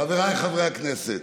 חבריי חברי הכנסת,